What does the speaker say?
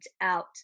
out